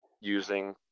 using